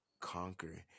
conquer